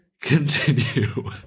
continue